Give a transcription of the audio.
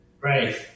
Right